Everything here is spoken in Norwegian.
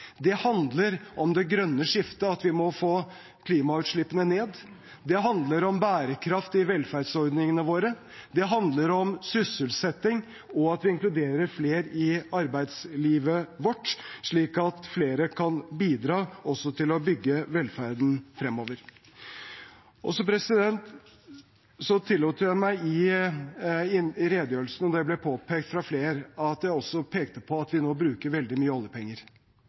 Det handler om det grønne skiftet og at vi må få klimagassutslippene ned, det handler om bærekraft i velferdsordningene våre, det handler om sysselsetting og at vi inkluderer flere i arbeidslivet vårt, slik at flere kan bidra også til å bygge velferden fremover. Så tillot jeg meg i redegjørelsen – og det ble påpekt fra flere – også å peke på at vi nå bruker veldig mye oljepenger.